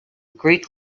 greek